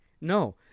No